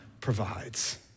provides